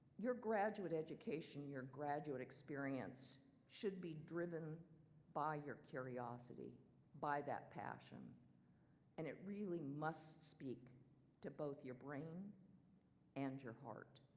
your graduate education, your graduate experience should be driven by your curiosity by that passion and it really must speak to both your brain and your heart.